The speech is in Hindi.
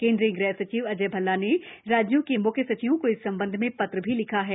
केन्द्रीय गृह सचिव अजय भल्ला ने राज्यों के म्ख्य सचिवों को इस संबंध में पत्र भी लिखा है